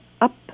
up